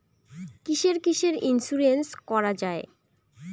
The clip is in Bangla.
কিসের কিসের ইন্সুরেন্স করা যায়?